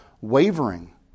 wavering